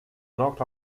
knocked